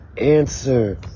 answer